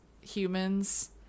humans